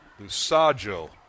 Lusaggio